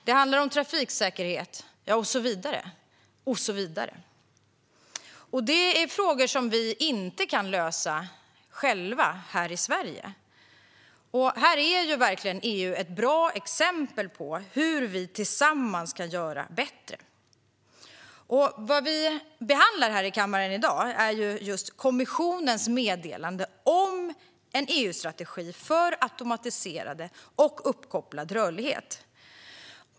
Det handlar om trafiksäkerhet och så vidare. Detta är frågor som vi inte kan lösa själva här i Sverige. Här är EU verkligen ett bra exempel på hur vi tillsammans kan göra det bättre, och vad vi behandlar här i kammaren i dag är just kommissionens meddelande om en EU-strategi för automatiserad och uppkopplad rörlighet.